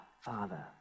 Father